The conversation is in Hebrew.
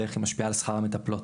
ואיך היא משפיעה על שכר המטפלות.